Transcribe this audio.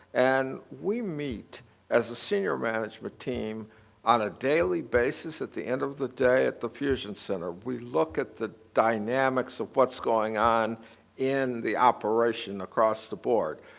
and we meet as a senior management team on a daily basis at the end of the day at the fusion center. we look at the dynamics of what's going on in the operation across the board.